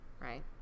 right